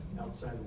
outside